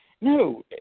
no